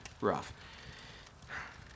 rough